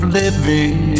living